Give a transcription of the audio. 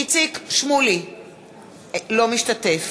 אינו משתתף